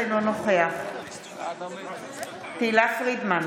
אינו נוכח תהלה פרידמן,